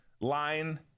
line